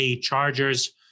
chargers